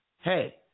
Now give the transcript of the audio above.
Hey